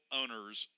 owners